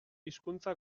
hizkuntza